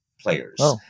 players